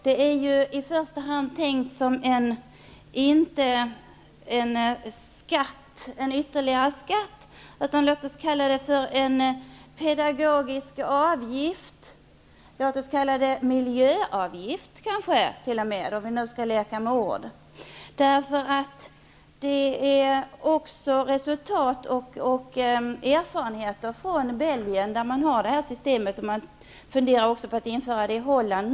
Det är inte i första hand tänkt som ytterligare en skatt, utan låt oss i stället kalla det en pedagogisk avgift, eller låt oss t.o.m. kalla det en miljöavgift, om vi nu skall leka med ord. Det här systemet finns nu i Belgien, och man funderar också på att införa det i Holland.